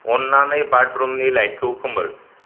अन्नानै बाथ्रुमनि लाइटखौ खोमोर